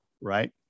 right